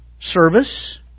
service